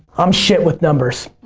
i'm shit with numbers.